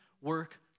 work